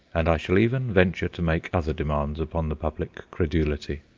and i shall even venture to make other demands upon the public credulity.